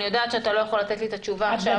אני יודעת שאתה לא יכול לתת לי תשובה עכשיו,